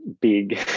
big